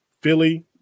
Philly